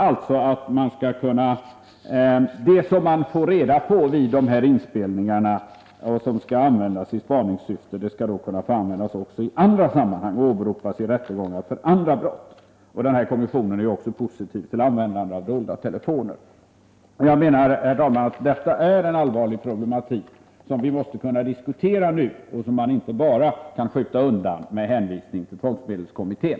Det sistnämnda innebär att sådant som man får reda på vid dessa inspelningar och som skall användas i spaningssyfte också skall kunna användas i andra sammanhang och åberopas i rättegångar om andra brott. Kommissionen är också positiv till användande av dolda mikrofoner. Detta, herr talman, är en allvarlig problematik, som vi måste kunna diskutera nu och som vi inte bara får skjuta undan med hänvisning till tvångsmedelskommittén.